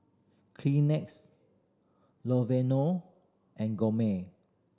Kleenex and Gourmet